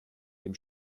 dem